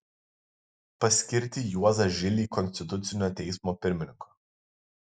paskirti juozą žilį konstitucinio teismo pirmininku